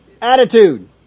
attitude